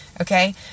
Okay